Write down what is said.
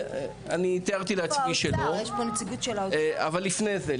אני תיארתי לעצמי שלא, אבל לפני זה.